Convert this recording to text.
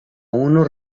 uno